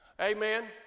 Amen